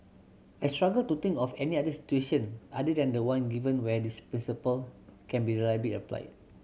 I struggle to think of any other situation other than the one given where this principle can be reliably applied